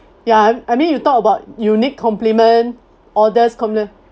ya I I mean you talk about unique complement oddest compli~